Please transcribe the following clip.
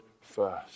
first